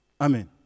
Amen